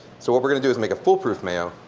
so what we're going to do is make a foolproof mayo.